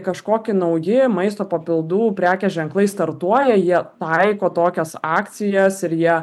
kažkoki nauji maisto papildų prekės ženklai startuoja jie taiko tokias akcijas ir jie